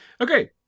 Okay